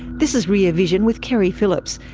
this is rear vision with keri phillips,